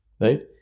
Right